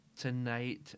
tonight